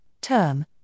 term